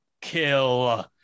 kill